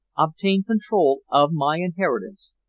obtain control of my inheritance,